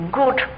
good